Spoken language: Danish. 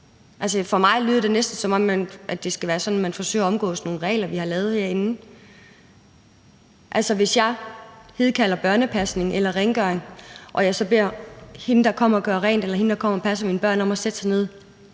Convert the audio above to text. For mig lyder det næsten, som om det skal være sådan, at man forsøger at omgå nogle regler, vi har lavet herinde. Altså, hvis jeg hidkalder børnepasning eller rengøring og jeg så beder hende, der kommer og gør rent, eller hende, der kommer og passer mine børn, om at sætte sig ned